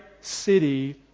city